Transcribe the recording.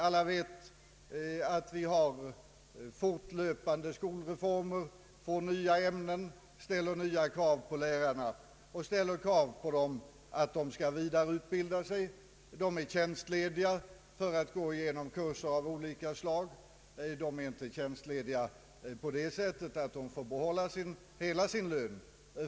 Alla vet att det fortlöpande genom förs skolreformer. Nya ämnen införs och krav ställs på lärarna att de skall vidareutbilda sig. De blir tjänstlediga för att genomgå kurser av olika slag. Under tjänstledighetstiden får de inte behålla hela sin lön.